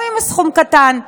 גם אם הסכום קטן.